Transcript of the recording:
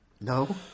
No